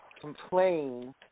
complain